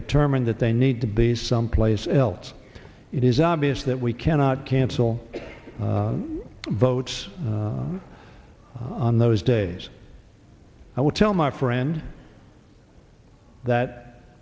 determined that they need to be someplace else it is obvious that we cannot cancel votes on those days i would tell my friend that